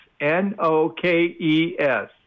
N-O-K-E-S